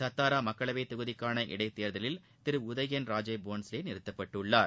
சத்தாரா மக்களவைத் தொகுதிக்கான இடைத் தேர்தலில் திரு உதயன் ராஜே போன்ஸ்லே நிறுத்தப்பட்டுள்ளார்